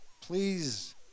please